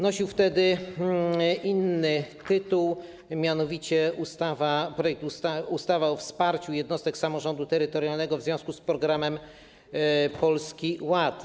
Nosił wtedy inny tytuł, mianowicie: projekt ustawy o wsparciu jednostek samorządu terytorialnego w związku z Programem Polski Ład.